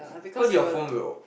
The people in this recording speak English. cause your phone will